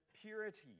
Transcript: purity